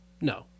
No